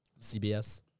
CBS